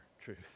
truth